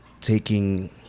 taking